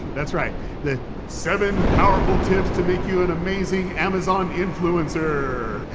that's right. the seven powerful tips to make you an amazing amazon influencer.